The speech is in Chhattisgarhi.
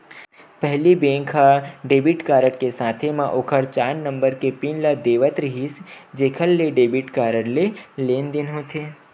पहिली बेंक ह डेबिट कारड के साथे म ओखर चार नंबर के पिन ल देवत रिहिस जेखर ले डेबिट कारड ले लेनदेन होथे